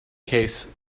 case